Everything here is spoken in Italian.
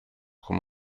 come